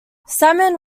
salmon